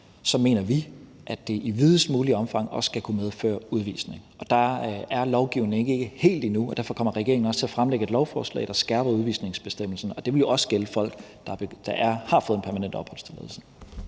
mener vi, at det i videst muligt omfang også skal kunne medføre udvisning. Og der er lovgivningen ikke helt endnu, og derfor kommer regeringen også til at fremsætte et lovforslag, der skærper udvisningsbestemmelsen, og det vil jo også gælde folk, der har fået en permanent opholdstilladelse.